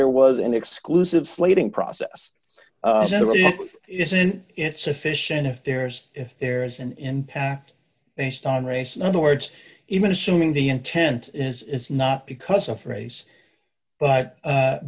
there was an exclusive slating process isn't it sufficient if there's if there is an impact based on race in other words even assuming the intent is not because of race but